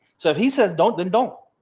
so he says don't then don't